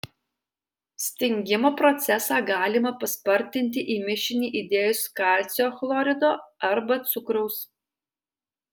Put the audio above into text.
stingimo procesą galima paspartinti į mišinį įdėjus kalcio chlorido arba cukraus